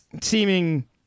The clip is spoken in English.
seeming